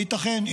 וייתכן,